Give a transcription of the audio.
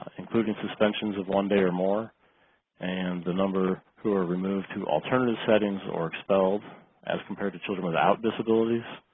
including suspensions of one day or more and the number who are removed to alternative settings or expelled as compared to children without disabilities.